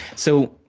so,